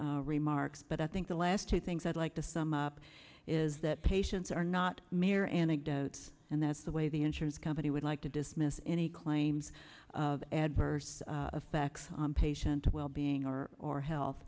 remarks but i think the last two things i'd like to sum up is that patients are not mere anecdotes and that's the way the insurance company would like to dismiss any claims of adverse effects patient wellbeing or or health